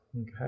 okay